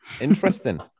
interesting